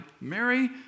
Mary